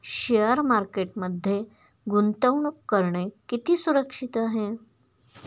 Share मार्केटमध्ये गुंतवणूक करणे किती सुरक्षित आहे?